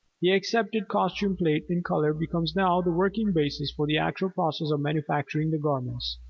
the accepted costume plate in color becomes now the working basis for the actual process of manufacturing the garments.